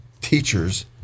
teachers